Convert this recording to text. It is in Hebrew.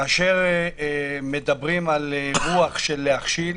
כאשר מדברים על רוח של הכשלה,